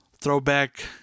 throwback